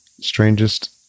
strangest